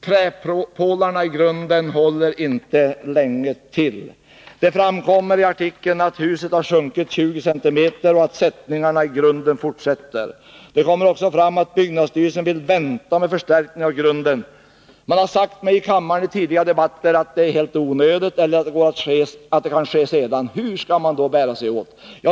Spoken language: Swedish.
Träpålarna i grunden håller inte länge till.” Det framgår av artikeln att huset har sjunkit 20 cm och att sättningarna i grunden fortsätter. Det kommer även fram att byggnadsstyrelsen vill vänta med förstärkning av grunden. Man har vid tidigare debatter här i kammaren sagt mig att det är helt onödigt eller kan ske senare. Hur skall man då bära sig åt?